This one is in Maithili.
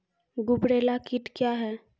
गुबरैला कीट क्या हैं?